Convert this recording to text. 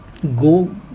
go